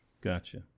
Gotcha